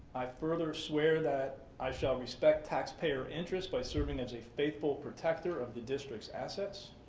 i further swear that i shall respect taxpayer interests by serving as a faithful protector of the district's assets.